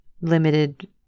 limited